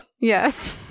Yes